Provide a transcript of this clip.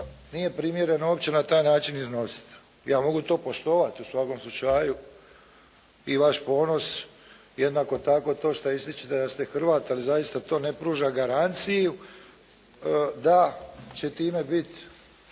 nije primjereno opće na taj način iznositi. Ja mogu to poštovati u svakom slučaju i vaš ponos jednako tako to što ističete da ste Hrvat, ali zaista to ne pruža garanciju da će time biti